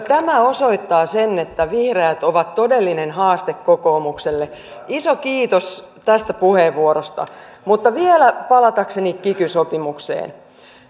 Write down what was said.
tämä osoittaa sen että vihreät ovat todellinen haaste kokoomukselle iso kiitos tästä puheenvuorosta mutta vielä palatakseni kiky sopimukseen